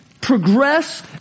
progress